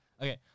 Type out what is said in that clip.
Okay